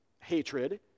hatred